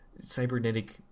cybernetic